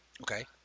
Okay